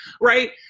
right